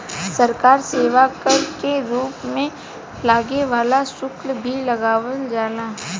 सरकार सेवा कर के रूप में लागे वाला शुल्क भी लगावल जाला